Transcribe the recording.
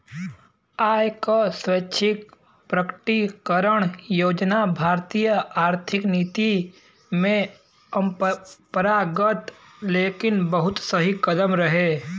आय क स्वैच्छिक प्रकटीकरण योजना भारतीय आर्थिक नीति में अपरंपरागत लेकिन बहुत सही कदम रहे